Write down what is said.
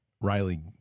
Riley